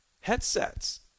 headsets